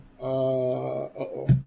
Uh-oh